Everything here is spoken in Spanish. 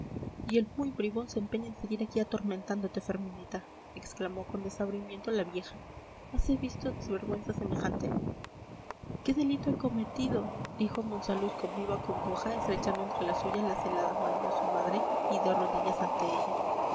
y el muy bribón se empeña en seguir aquí atormentándote ferminita exclamó con desabrimiento la vieja hase visto desvergüenza semejante qué delito he cometido dijo monsalud con viva congoja estrechando entre las suyas las heladas manos de su madre y de rodillas ante ella